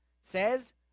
says